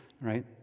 Right